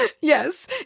Yes